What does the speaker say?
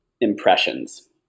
Impressions